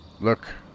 Look